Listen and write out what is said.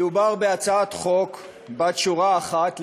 מדובר בהצעת חוק בת שורה אחת,